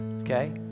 Okay